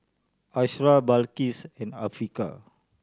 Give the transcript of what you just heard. Asharaff Balqis and Afiqah